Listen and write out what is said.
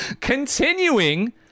continuing